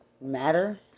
matter